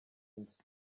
inzu